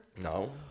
No